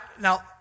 now